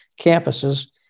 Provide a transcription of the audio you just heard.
campuses